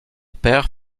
perd